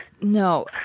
no